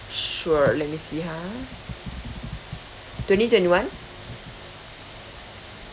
sure let me see ha twenty twenty one